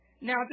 Now